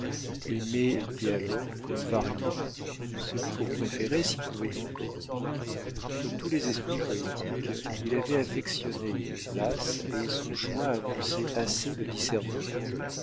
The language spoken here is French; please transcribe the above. mets étaient alors plus variés celui qu'on préférait s'y trouvait encore comme tous les esprits poétiques il avait affectionné une place et son choix annonçait assez de discernement